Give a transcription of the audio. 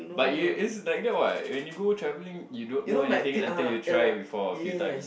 but you it's like that [what] when you go travelling you don't know anything until you try it before a few time